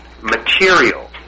material